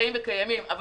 קיימים אבל